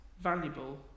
valuable